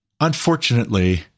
Unfortunately